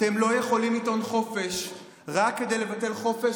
אתם לא יכולים לטעון חופש רק כדי לבטל חופש